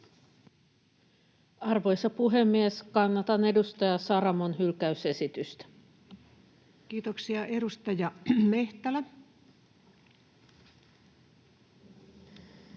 Arvoisa puhemies! Kannatan edustaja Saramon hylkäysesitystä. Kiitoksia. — Edustaja Mehtälä. Arvoisa